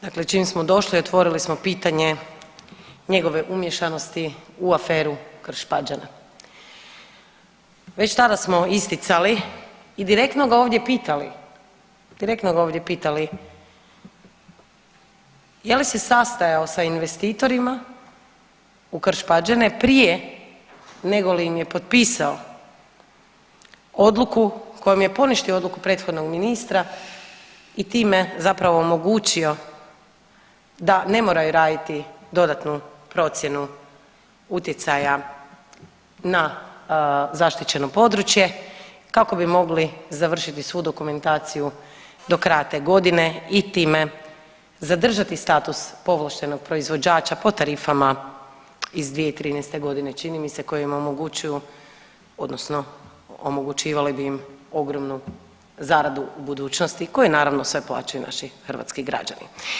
Dakle, čim smo došli otvorili smo pitanje njegove umješanosti u aferu Krš-Pađene, već tada smo isticali i direktno ga ovdje pitali, direktno ga ovdje pitali je li se sastajao sa investitorima u Krš-Pađene prije nego li im je potpisao odluku kojom je poništio odluku prethodnog ministra i time zapravo omogućio da ne moraju raditi dodatnu procjenu utjecaja na zaštićeno područje kako bi mogli završiti svu dokumentaciju do kraja te godine i time zadržati status povlaštenog proizvođača po tarifama iz 2013.g. čini mi se koji im omogućuju odnosno omogućivali bi im ogromnu zaradu u budućnosti koju naravno sve plaćaju naši hrvatski građani.